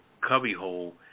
cubbyhole